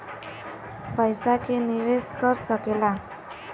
पइसा के निवेस कर सकेला